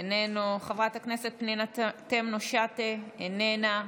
איננו, חברת הכנסת פנינה תמנו שטה, איננה,